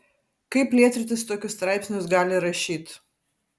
kaip lietrytis tokius straipsnius gali rašyt